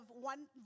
one